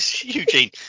Eugene